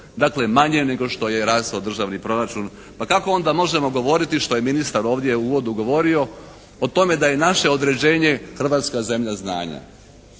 dakle manje nego što je rastao državni proračun. Pa kako onda možemo govoriti što je ministar ovdje u uvodu govorio o tome da je naše određenje Hrvatska zemlja znanja.